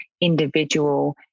individual